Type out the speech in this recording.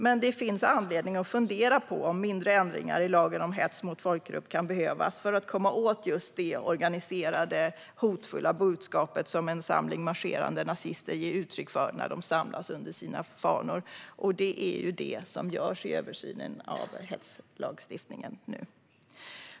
Men det finns anledning att fundera på om mindre ändringar i lagen om hets mot folkgrupp kan behövas för att komma åt just det organiserade hotfulla budskap som en samling marscherande nazister ger uttryck för när de samlas under sina fanor. Och det är det som nu görs i översynen av hetslagstiftningen.